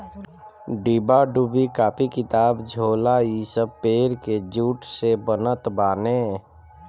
डिब्बा डुब्बी, कापी किताब, झोला इ सब पेड़ के जूट से बनत बाने